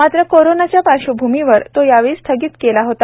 मात्र कोरोनाच्या पार्श्वभूमीवर तो त्यावेळी स्थगित केला होता